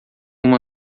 uma